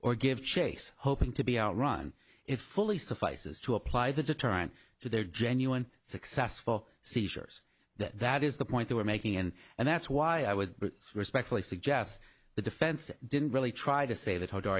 or give chase hoping to be out run it fully suffices to apply the deterrent to their genuine successful seizures that is the point they were making and and that's why i would respectfully suggest the defense didn't really try to say that hardy do